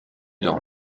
dans